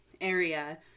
area